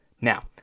Now